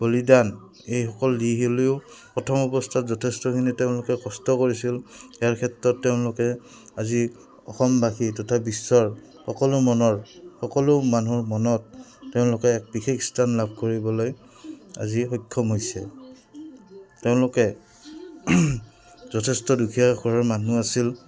বলিদান এইসকল দি হ'লেও প্ৰথম অৱস্থাত যথেষ্টখিনি তেওঁলোকে কষ্ট কৰিছিল ইয়াৰ ক্ষেত্ৰত তেওঁলোকে আজি অসমবাসী তথা বিশ্বৰ সকলো মনৰ সকলো মানুহৰ মনত তেওঁলোকে এক বিশেষ স্থান লাভ কৰিবলৈ আজি সক্ষম হৈছে তেওঁলোকে যথেষ্ট দুখীয়া ঘৰৰ মানুহ আছিল